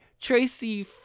Tracy